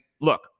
look